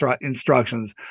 instructions